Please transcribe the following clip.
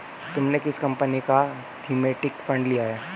तुमने किस कंपनी का थीमेटिक फंड लिया है?